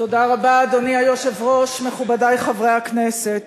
אדוני היושב-ראש, תודה רבה, מכובדי חברי הכנסת,